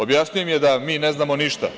Objasnio im je da mi ne znamo ništa.